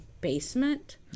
basement